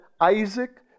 Isaac